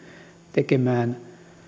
tekemään